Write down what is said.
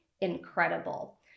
incredible